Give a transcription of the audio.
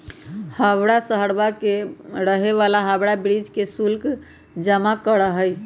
हवाड़ा शहरवा के रहे वाला हावड़ा ब्रिज के शुल्क जमा करा हई